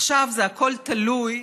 עכשיו זה הכול תלוי,